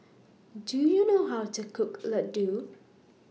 Do YOU know How to Cook Ladoo